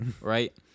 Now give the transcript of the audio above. Right